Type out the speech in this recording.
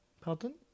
Pardon